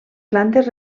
plantes